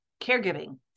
caregiving